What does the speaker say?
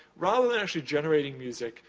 rather than actually generating music,